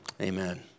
amen